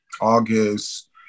August